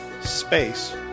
space